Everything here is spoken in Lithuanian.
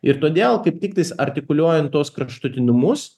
ir todėl kaip tiktais artikuliuojant tuos kraštutinumus